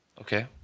Okay